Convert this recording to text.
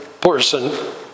person